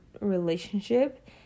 relationship